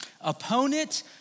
opponent